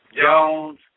Jones